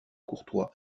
courtois